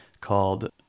called